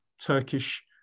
turkish